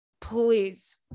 please